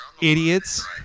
Idiots